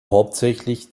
hauptsächlich